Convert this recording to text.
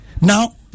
Now